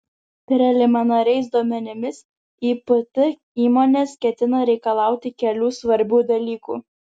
preliminariais duomenimis ipt įmonės ketina reikalauti kelių svarbių dalykų